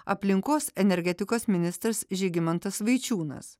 aplinkos energetikos ministras žygimantas vaičiūnas